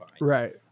right